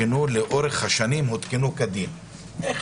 יש במובן הזה מעין חוקה שמקבילה את